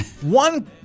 One